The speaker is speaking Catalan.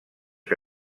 que